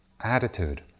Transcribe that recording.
attitude